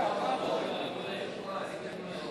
התגברות האנטישמיות בסידני מוועדת הפנים והגנת הסביבה לוועדת העלייה,